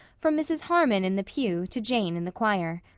from mrs. harmon in the pew to jane in the choir.